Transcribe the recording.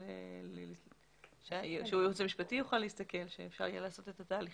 אני אומרת שאני עושה את זה תוך מחאה.